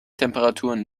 temperaturen